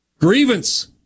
Grievance